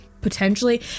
potentially